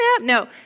No